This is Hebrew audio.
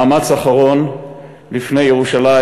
/ מאמץ אחרון לפני ירושלים.